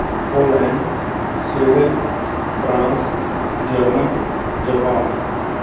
Poland Sweden France German Japan